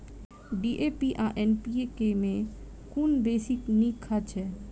DAP आ NPK मे कुन बेसी नीक खाद छैक?